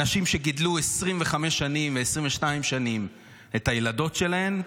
אנשים שגידלו 25 שנים ו-22 שנים את הילדות שלהם,